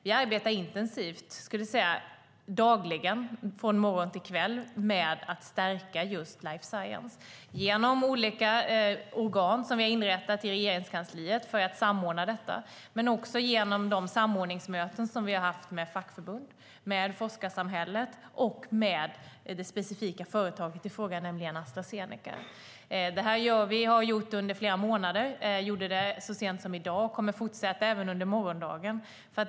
Vi arbetar intensivt från morgon till kväll med att stärka life science. Vi gör det genom olika organ som vi har inrättat i Regeringskansliet för att samordna detta och genom de samordningsmöten vi har haft med fackförbund, forskarsamhälle och Astra Zeneca. Detta har vi gjort under flera månader. Vi gjorde det så sent som i i dag och kommer att fortsätta även under morgondagen.